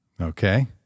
Okay